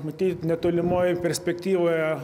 matyt netolimoj perspektyvoje